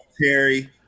Terry